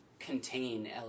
contain